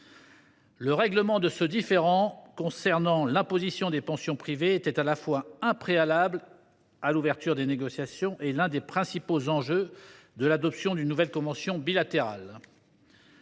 Le règlement de ce différend concernant l’imposition des pensions privées était à la fois un préalable à l’ouverture des négociations et l’un des principaux enjeux de l’adoption d’une nouvelle convention bilatérale.